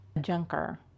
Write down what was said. junker